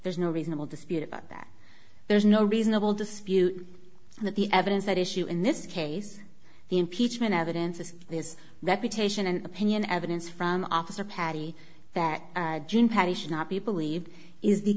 there's no reasonable dispute about that there is no reasonable dispute that the evidence that issue in this case the impeachment evidence of his reputation and opinion evidence from officer paddy that paddy should not be believed is the